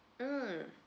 mm